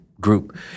group